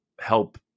help